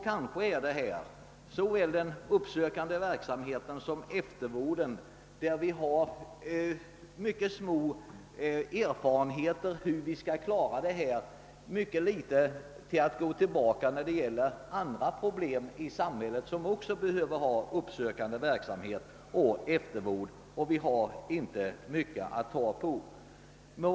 I fråga om den uppsökande verksamheten och eftervården har vi mycket ringa erfarenhet från andra områden.